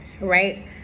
right